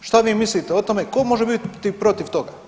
Šta vi mislite o tome, tko može biti protiv toga?